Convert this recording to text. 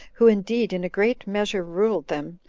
who indeed in a great measure ruled them,